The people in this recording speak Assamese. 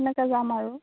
তেনেকৈ যাম আৰু